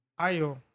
Ayo